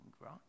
right